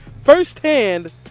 firsthand